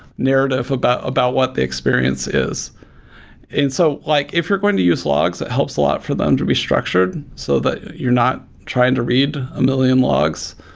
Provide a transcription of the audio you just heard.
narrative about about what the experience is and so like if you're going to use logs, that helps a lot for them to be structured, so that you're not trying to read a million logs.